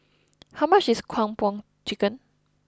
how much is Kung Po Chicken